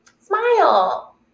smile